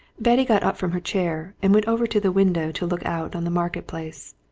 betty got up from her chair and went over to the window to look out on the market-place.